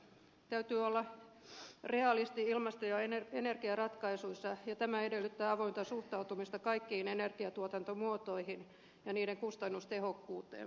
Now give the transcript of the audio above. täytyy olla realisti ilmasto ja energiaratkaisuissa ja tämä edellyttää avointa suhtautumista kaikkiin energiantuotantomuotoihin ja niiden kustannustehokkuuteen